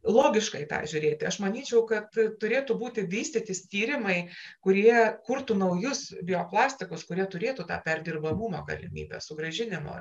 logiškai peržiūrėti aš manyčiau kad turėtų būti vystytis tyrimai kurie kurtų naujus bioplastikus kurie turėtų tą perdirbamumo galimybę sugrąžinimą